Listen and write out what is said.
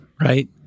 right